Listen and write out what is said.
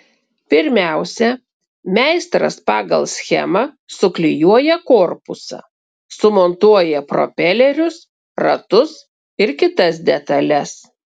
pirmiausia meistras pagal schemą suklijuoja korpusą sumontuoja propelerius ratus ir kitas detales